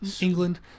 England